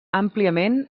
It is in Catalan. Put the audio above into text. àmpliament